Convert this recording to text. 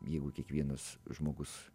jeigu kiekvienas žmogus